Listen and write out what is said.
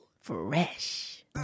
Fresh